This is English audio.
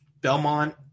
Belmont